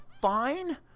fine